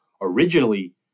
originally